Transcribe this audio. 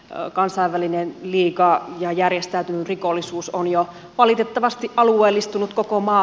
ruokansa välinen liikaa ja järjestäytynyt rikollisuus on jo valitettavasti alueellistunut koko maa